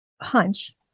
hunch